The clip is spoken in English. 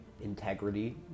integrity